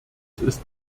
ist